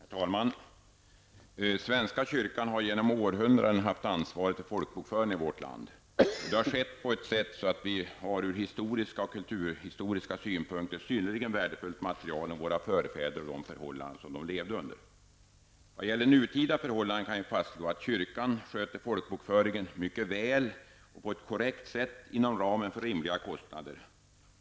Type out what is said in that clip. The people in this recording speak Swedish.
Herr talman! Svenska kyrkan har genom århundradena ansvaret för folkbokföringen i vårt land. Det har skett på ett sådant sätt att vi har ur historiska och kulturhistoriska synpunkter synnerligen värdefullt material om våra förfäder och de förhållanden de levde under. Vad gäller nutida förhållanden kan vi fastslå att kyrkan sköter folkbokföringen mycket väl och på ett korrekt sätt inom ramen för rimliga kostnader.